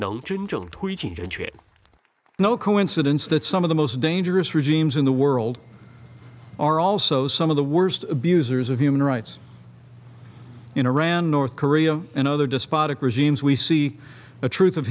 it no coincidence that some of the most dangerous regimes in the world are also some of the worst abusers of human rights in iran north korea and other despotic regimes we see the truth of